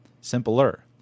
Simpler